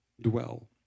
dwell